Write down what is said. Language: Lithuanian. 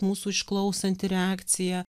mūsų išklausanti reakcija